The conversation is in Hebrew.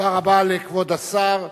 תודה רבה לכבוד השר.